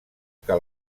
que